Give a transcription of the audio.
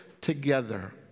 together